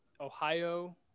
ohio